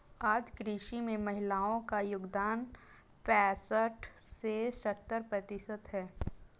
आज कृषि में महिलाओ का योगदान पैसठ से सत्तर प्रतिशत है